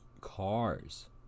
Cars